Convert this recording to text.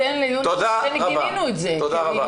גינינו את זה.